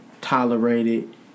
tolerated